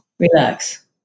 relax